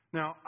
Now